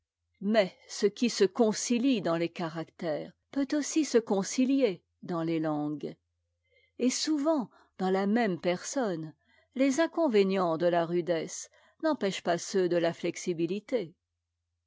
mais ce qui se concilie dans les caractères peut aussi se concilier dans les tangues et souvent dans la même personne les inconvénients de la rudesse n'empêchent pas ceux de la flexibilité